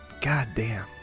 goddamn